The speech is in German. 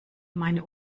meine